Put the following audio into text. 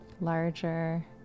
larger